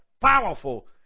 powerful